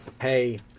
hey